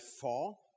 fall